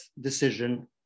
decision